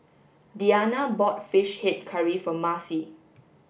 Deanna bought fish head curry for Marcie